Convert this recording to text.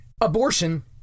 abortion